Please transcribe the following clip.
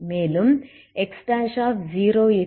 மேலும் X00 XL0